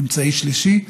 אמצעי שלישי,